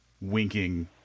winking